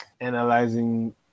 analyzing